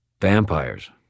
Vampires